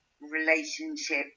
relationship